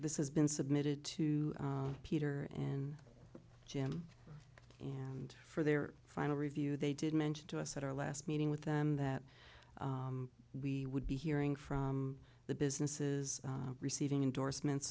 this has been submitted to peter and jim and for their final review they did mention to us at our last meeting with them that we would be hearing from the businesses receiving endorsement